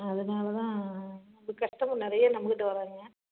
அதனால் தான் கஸ்டமர் நிறைய நம்ம கிட்டே வராங்கங்க